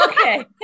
Okay